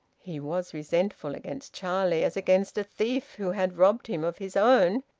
he was resentful against charlie as against a thief who had robbed him of his own,